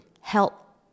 help